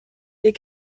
est